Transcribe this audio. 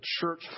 church